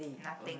nothing